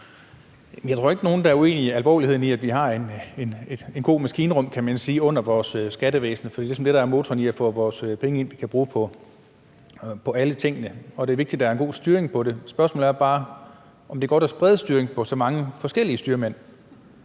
der er nogen, der er uenige i alvorligheden i, at vi har et godt maskinrum, kan man sige, under vores skattevæsen, for det er ligesom det, der er motoren i at få vores penge ind, som vi kan bruge på alle tingene, og det er vigtigt, at der er en god styring på det. Spørgsmålet er bare, om det er godt at sprede styringen på så mange forskellige styrmænd.